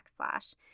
backslash